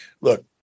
Look